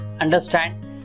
understand